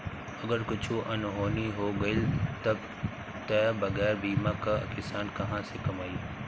अगर कुछु अनहोनी हो गइल तब तअ बगैर बीमा कअ किसान कहां से कमाई